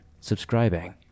subscribing